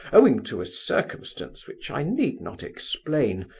owing to a circumstance which i need not explain,